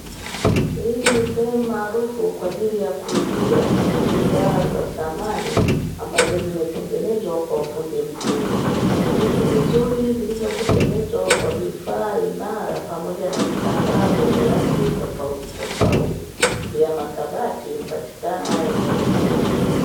Hii ni sehemu maarufu kwa ajili ya kuuzia bidhaa za samani, ambazo zimetengenezwa kwa ufundi mkubwa. Viti vizuri vilivyotengenezwa kwa vifaa imara, pamoja na kitambaa vyenye rangi tofautitofauti. Pia makabati hupatikana eneo hili.